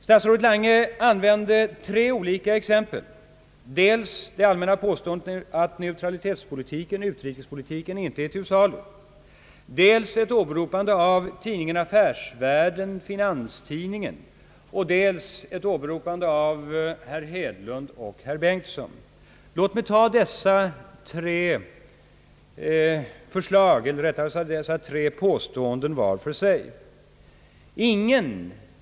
Statsrådet Lange använde tre olika exempel, dels det allmänna påståendet att neutralitetspolitiken och utrikespolitiken inte är till salu, dels ett åberopande av tidningen Affärsvärlden—Finanstidningen, dels ett åberopande av herr Hedlund och herr Bengtson. Låt mig ta dessa tre påståenden var för sig.